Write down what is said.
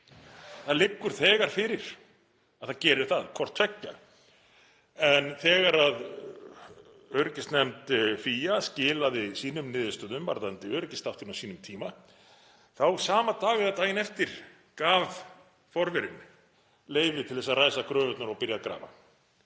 Það liggur þegar fyrir að það gerir hvort tveggja. En þegar öryggismálanefnd FÍA skilaði sínum niðurstöðum varðandi öryggisþáttinn á sínum tíma, þá sama dag eða daginn eftir gaf forverinn leyfi til að ræsa gröfurnar og byrja grafa,